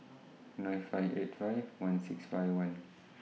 nine five eight five one six five one